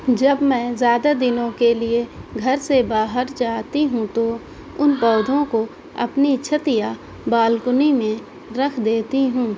جب میں زیادہ دنوں کے لیے گھر سے باہر جاتی ہوں تو ان پودوں کو اپنی چھت یا بالکنی میں رکھ دیتی ہوں